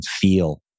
feel